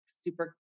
super